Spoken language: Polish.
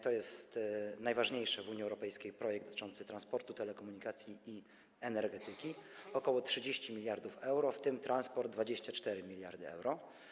To jest najważniejszy w Unii Europejskiej projekt dotyczący transportu, telekomunikacji i energetyki - ok. 30 mld euro, w tym transport - 24 mld euro.